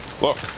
Look